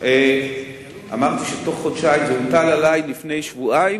אמרתי שזה הוטל עלי לפני שבועיים,